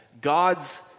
God's